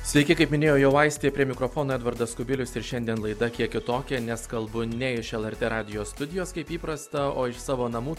sveiki kaip minėjo jau aistė prie mikrofono edvardas kubilius ir šiandien laida kiek kitokia nes kalbu ne iš lrt radijo studijos kaip įprasta o iš savo namų